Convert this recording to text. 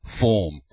form